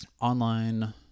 online